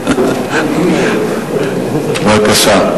בבקשה.